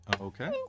Okay